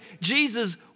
Jesus